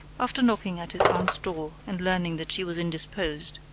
after knocking at his aunt's door and learning that she was indisposed,